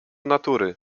natury